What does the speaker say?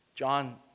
John